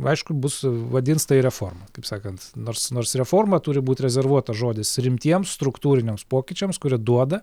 aišku bus vadins tai reforma kaip sakant nors nors reforma turi būt rezervuota žodis rimtiems struktūriniams pokyčiams kurie duoda